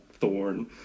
thorn